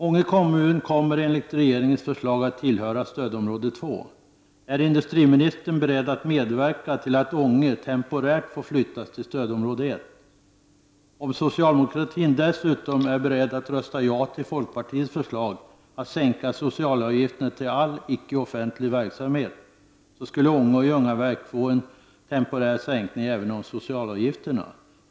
Ånge kommun kommer enligt regeringens förslag att tillhöra stödområde 2. Är industriministern beredd att medverka till att Ånge temporärt får flyttas till stödområde 1? Om socialdemokratin dessutom är beredd att rösta ja till folkpartiets förslag om att sänka socialavgifterna till all icke offentlig verksamhet, skulle Ånge och Ljungaverk få en temporär sänkning även av socialavgifterna.